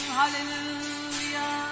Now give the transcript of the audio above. hallelujah